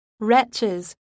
Wretches